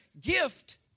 gift